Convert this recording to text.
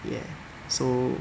ya so